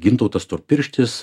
gintautas storpirštis